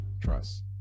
trust